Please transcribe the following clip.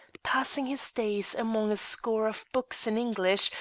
passing his days among a score of books in english,